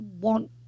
want